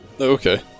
Okay